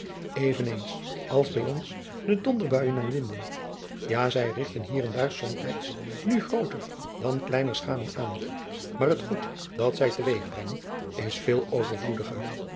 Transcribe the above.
eens als bij ons de donderbuijen en winden ja zij rigten hier en daar somtijds nu grooter dan kleiner schaden aan maar het goed dat zij te weeg brengen is veel overvloediger